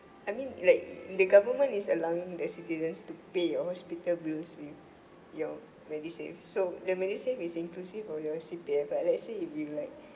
I mean like the government is allowing the citizens to pay your hospital bills with your MediSave so the MediSave is inclusive of your C_P_F right let's say if you like